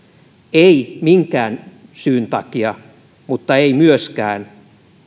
ei minkään syyn takia mutta ei myöskään